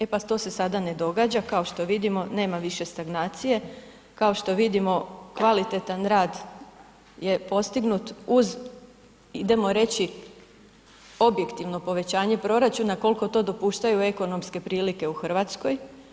E to se sada ne događa, kao što vidimo nema više stagnacije, kao što vidimo kvalitetan rad je postignut uz idemo reći objektivno povećanje proračuna koliko to dopuštaju ekonomske prilike u Hrvatskoj.